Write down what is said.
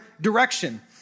direction